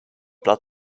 blood